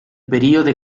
període